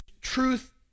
truth